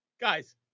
Guys